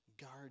guard